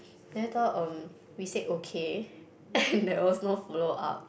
then later um we said okay and there was no follow up